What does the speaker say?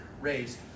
raised